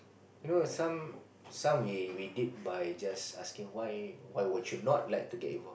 you know some some we we did by just asking why why would you not like to get involved